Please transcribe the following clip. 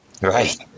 Right